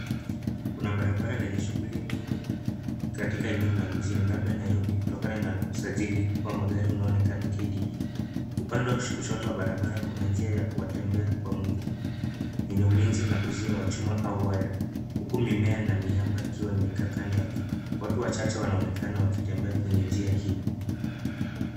Kuna barabara lenye shughuli nyingi katika eneo la mijini labda Nairobi kutokana na usajili wa magari unaonekana KDE.Upande wa kushoto wa barabara kuna njia ya watembea kwa mguu yenye ulinzi na uzio wa chuma au waya huku mimea na miamba ikiwa imekaa kando yake. Watu wachache wanaonekana wakitembea kwenye njia hii.